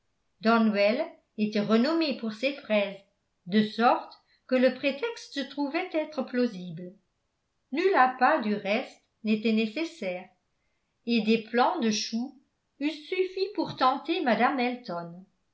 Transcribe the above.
donwell était renommé pour ses fraises de sorte que le prétexte se trouvait être plausible nul appât du reste n'était nécessaire et des plants de choux eussent suffi pour tenter mme elton